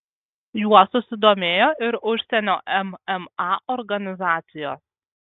juo susidomėjo ir užsienio mma organizacijos